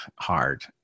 hard